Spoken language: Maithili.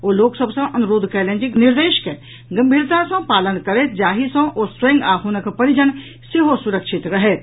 ओ लोक सभ सँ अनुरोध कयलनि जे निर्देश के गंभीरता सँ पालन करथि जाहि सँ ओ स्वयं आ हुनक परिजन सेहो सुरक्षित रहथि